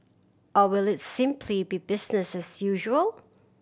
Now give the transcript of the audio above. or will it simply be business as usual